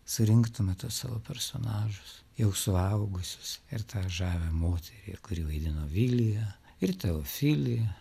surinktume tuos savo personažus jau suaugusius ir tą žavią moterį kuri vaidino viliją ir teofilį